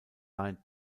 blind